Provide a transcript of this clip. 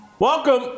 Welcome